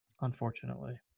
unfortunately